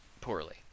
poorly